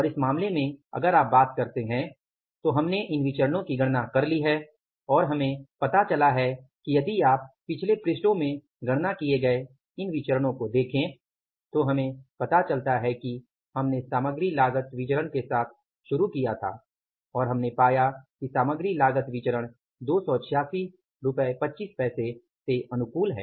और इस मामले में अगर आप बात करते हैं तो हमने इन विचरणो की गणना कर ली है और हमे पता चला है कि यदि आप पिछले पृष्ठों में गणना किए गए इन विचरणो को देखे तो हमें पता चलता है कि हमने सामग्री लागत विचरण के साथ शुरू किया था और हमने पाया कि सामग्री लागत विचरण 28625 अनुकूल है